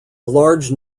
large